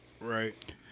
Right